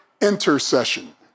intercession